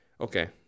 Okay